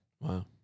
Wow